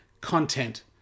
content